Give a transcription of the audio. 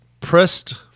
pressed